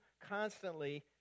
constantly